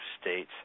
state's